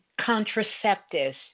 contraceptives